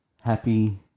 Happy